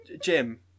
Jim